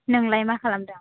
नोंलाय मा खालामदों